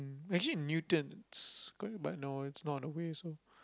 we're actually in Newton it's gonna no it's not on the way so